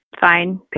fine